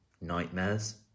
nightmares